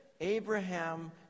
Abraham